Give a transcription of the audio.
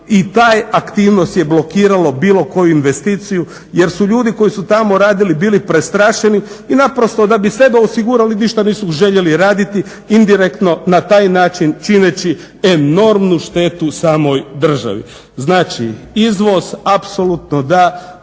i tu aktivnost je blokiralo bilo koju investiciju jer su ljudi koji su tamo radili bili prestrašeni i naprosto da bi sebe osigurali ništa nisu željeli raditi indirektno na taj način čineći enormnu štetu samoj državi. Znači, izvoz apsolutno da,